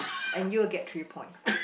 and you'll get three points